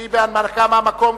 שהיא בהנמקה מהמקום,